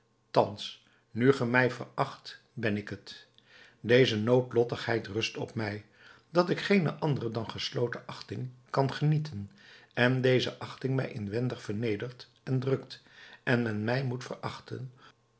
thans nu ge mij veracht ben ik het deze noodlottigheid rust op mij dat ik geene andere dan gestolen achting kan genieten en deze achting mij inwendig vernedert en drukt en men mij moet verachten